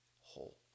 whole